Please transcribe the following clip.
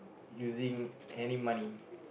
using any money